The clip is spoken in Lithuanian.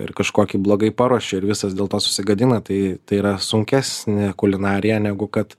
ir kažkokį blogai paruošė ir visas dėl to susigadina tai tai yra sunkesnė kulinarija negu kad